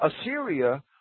Assyria